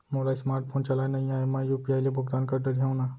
मोला smart phone चलाए नई आए मैं यू.पी.आई ले भुगतान कर डरिहंव न?